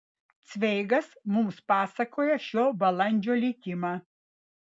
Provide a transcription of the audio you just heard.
cveigas mums pasakoja šio balandžio likimą